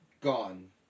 gone